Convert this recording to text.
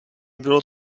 bylo